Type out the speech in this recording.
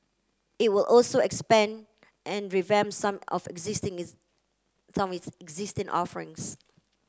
it will also expand and revamp some of its existing some its existing offerings